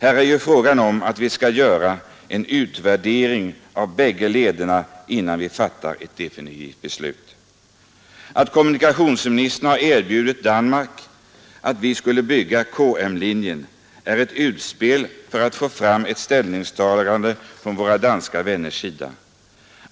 Här är det ju fråga om att vi skall göra en utvärdering av bägge lederna innan vi fattar ett definitivt beslut. Att kommunikationsministern har erbjudit Danmark att vi skall bygga KM-linjen är ett utspel för att få fram ett ställningstagande från våra danska vänners sida.